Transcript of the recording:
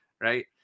right